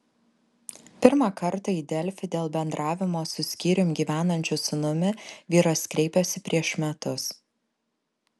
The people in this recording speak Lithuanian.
pirmą kartą į delfi dėl bendravimo su skyrium gyvenančiu sūnumi vyras kreipėsi prieš metus